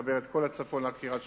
לחבר את כל הצפון עד קריית-שמונה,